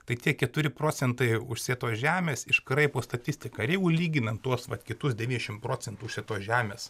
tai tie keturi procentai užsėtos žemės iškraipo statistiką ir jeigu lyginant tuos vat kitus devyniasdešimt procentų šitos žemės